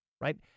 right